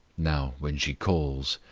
now, when she calls,